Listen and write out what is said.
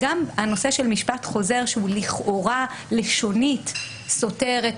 הנושא של משפט חוזר שהוא לכאורה לשונית סותר את